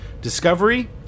Discovery